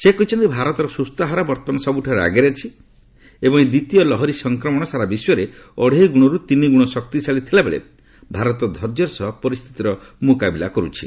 ସେ କହିଛନ୍ତି ଭାରତର ସୁସ୍ଥ ହାର ବର୍ତ୍ତମାନ ସବୁଠାରୁ ଆଗରେ ଅଛି ଏବଂ ଏହି ଦ୍ୱିତୀୟ ଲହରୀ ସଂକ୍ରମଣ ସାରା ବିଶ୍ୱରେ ଅଢ଼େଇ ଗୁଣରୁ ତିନି ଗୁଣ ଶକ୍ତିଶାଳୀ ଥିଲାବେଳେ ଭାରତ ଧୈର୍ଯ୍ୟର ସହ ପରିସ୍ଥିତିର ମୁକାବିଲା କରୁଛି